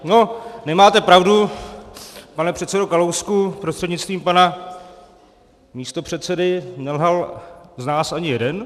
No, nemáte pravdu, pane předsedo Kalousku prostřednictvím pana místopředsedy, nelhal z nás ani jeden.